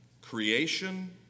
Creation